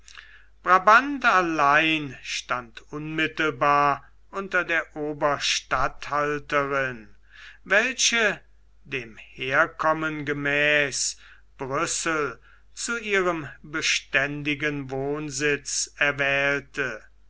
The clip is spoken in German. brabant allein stand unmittelbar unter der oberstatthalterin welche dem herkommen gemäß brüssel zu ihrem beständigen wohnsitz erwählte